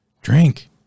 drink